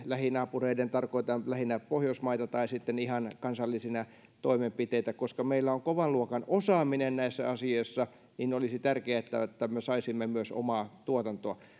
lähinaapureiden tarkoitan lähinnä pohjoismaita tai sitten kansallisina toimenpiteinä koska meillä on kovan luokan osaaminen näissä asioissa niin olisi tärkeää että että me saisimme myös omaa tuotantoa